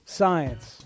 science